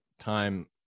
time